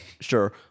Sure